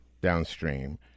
downstream